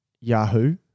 Yahoo